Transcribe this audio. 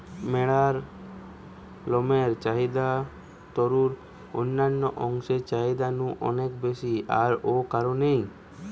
ম্যাড়ার লমের চাহিদা তারুর অন্যান্য অংশের চাইতে নু অনেক বেশি আর ঔ কারণেই